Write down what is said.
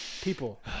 people